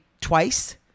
twice